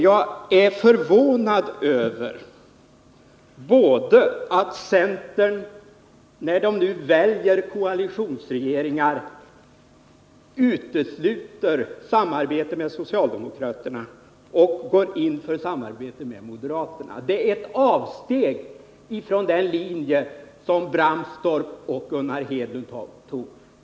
Jag är förvånad över att centerpartisterna, när de nu väljer koalitionsregeringar, utesluter samarbete med socialdemokraterna och går in för samarbete med moderaterna. Det är ett avsteg från den linje som Axel Pehrsson Bramstorp och Gunnar Hedlund följde.